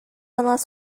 unless